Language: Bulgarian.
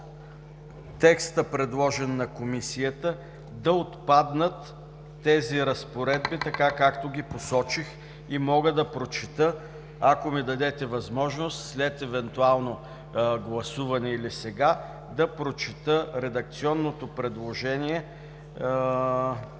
текста, предложен на Комисията, да отпаднат тези разпоредби, както ги посочих. Мога да прочета, ако ми дадете възможност след евентуално гласуване или сега, редакционното предложение,